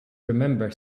remember